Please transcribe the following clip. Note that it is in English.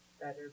better